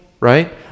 right